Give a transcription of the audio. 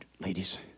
ladies